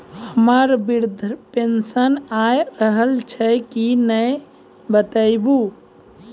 हमर वृद्धा पेंशन आय रहल छै कि नैय बताबू?